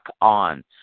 on